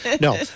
No